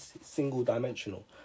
single-dimensional